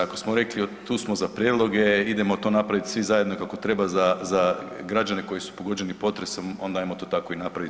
Ako smo rekli tu smo za prijedloge, idemo to napraviti svi zajedno kako treba za građane koji su pogođeni potresom, onda ajmo to tako i napraviti.